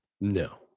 No